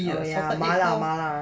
oh ya mala mala